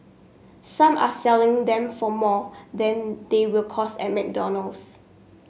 some are selling them for more than they will cost at McDonald's